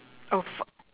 oh f~